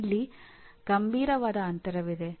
ಇಲ್ಲಿ ಗಂಭೀರವಾದ ಅಂತರವಿದೆ